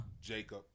Jacob